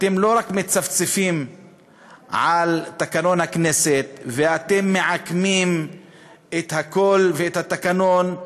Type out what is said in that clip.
אתם לא רק מצפצפים על תקנון הכנסת ואתם מעקמים את הכול ואת התקנון,